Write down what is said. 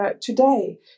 today